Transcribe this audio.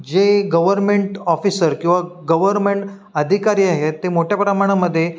जे government officer किंवा government अधिकारी आहेत ते मोठ्या प्रमाणामध्ये